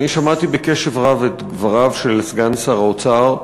שמעתי בקשב רב את דבריו של סגן שר האוצר,